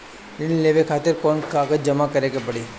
ऋण लेवे खातिर कौन कागज जमा करे के पड़ी?